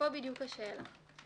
פה בדיוק השאלה.